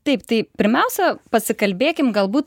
taip tai pirmiausia pasikalbėkim galbūt